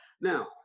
Now